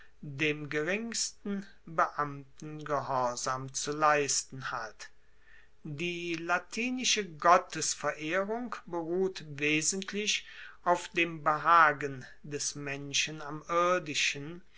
dem geringsten beamten gehorsam zu leisten hat die latinische gottesverehrung beruht wesentlich auf dem behagen des menschen am irdischen